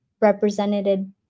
represented